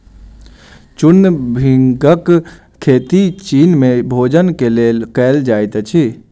चूर्ण भृंगक खेती चीन में भोजन के लेल कयल जाइत अछि